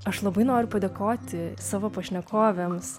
aš labai noriu padėkoti savo pašnekovėms